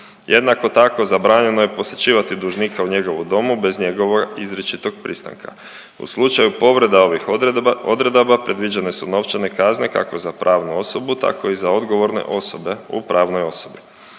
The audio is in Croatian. Jednako tako, zabranjeno je posjećivati dužnika u njegovu domu bez njegovog izričitog pristanka. U slučaju povreda ovih odredaba, predviđene su novčane kazne, kako za pravnu osobu, tako i za odgovorne osobe u pravnoj osobi.